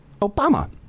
Obama